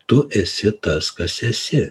tu esi tas kas esi